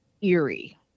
eerie